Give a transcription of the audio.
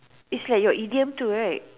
is like your idiom too right